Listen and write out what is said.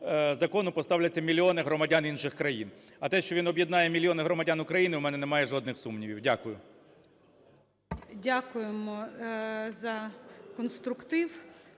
закону поставляться мільйони громадян інших країн. А те, що він об'єднає мільйони громадян України, у мене немає жодних сумнівів. Дякую. ГОЛОВУЮЧИЙ. Дякуємо за конструктив